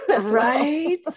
Right